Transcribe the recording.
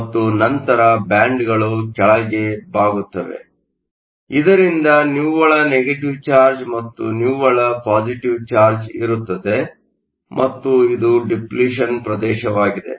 ಮತ್ತು ನಂತರ ಬ್ಯಾಂಡ್ಗಳು ಕೆಳಗೆ ಬಾಗುತ್ತವೆ ಇದರಿಂದ ನಿವ್ವಳ ನೆಗೆಟಿವ್ ಚಾರ್ಜ್ ಮತ್ತು ನಿವ್ವಳ ಪಾಸಿಟಿವ್ ಚಾರ್ಜ್ ಇರುತ್ತದೆ ಮತ್ತು ಇದು ಡಿಪ್ಲಿಷನ್ ಪ್ರದೇಶವಾಗಿದೆ